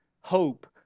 hope